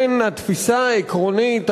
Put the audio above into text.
הדבר הזה מופיע כבר במגילת העצמאות,